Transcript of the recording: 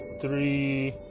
three